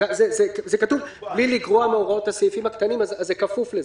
כתוב "בלי לגרוע מהוראות הסעיפים הקטנים" אז זה כפוף לזה.